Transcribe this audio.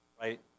right